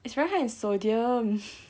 it's very high in sodium